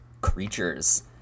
creatures